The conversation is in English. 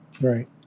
Right